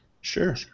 Sure